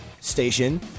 station